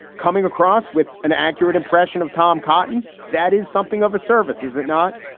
coming across with an accurate impression of tom cotton. that is something of a service, is it not?